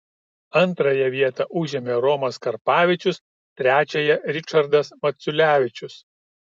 antrąją vietą užėmė romas karpavičius trečiąją ričardas maculevičius